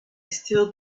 still